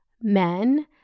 men